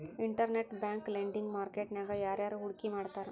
Internet bank lending market ನ್ಯಾಗ ಯಾರ್ಯಾರ್ ಹೂಡ್ಕಿ ಮಾಡ್ತಾರ?